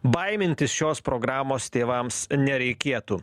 baimintis šios programos tėvams nereikėtų